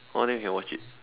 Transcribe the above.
oh then we can watch it